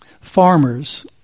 farmers